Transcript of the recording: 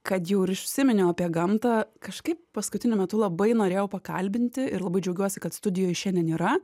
kad jau ir užsiminiau apie gamtą kažkaip paskutiniu metu labai norėjau pakalbinti ir labai džiaugiuosi kad studijoj šiandien yra